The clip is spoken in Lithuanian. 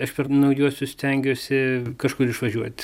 aš per naujuosius stengiuosi kažkur išvažiuot